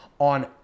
on